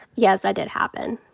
yes, that did happen.